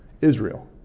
Israel